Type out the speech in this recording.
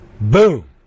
Boom